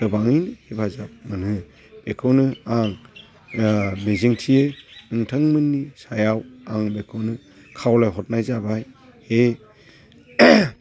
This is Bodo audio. गोबाङैनो हेफाजाब मोनो बेखौनो आं मिजिंथियो नोंथांमोननि सायाव आं बेखौनो खावलायहरनाय जाबाय दि